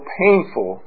painful